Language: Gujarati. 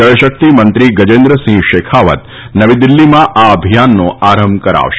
જળશક્તિ મંત્રી ગજેન્દ્રસિંહ શેખાવત નવી દિલ્હીમાં આ અભિયાનનો આરંભ કરાવશે